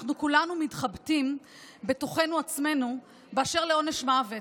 אנחנו כולנו מתחבטים בתוכנו באשר לעונש מוות.